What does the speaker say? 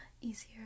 easier